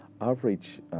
average